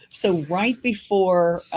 so right before,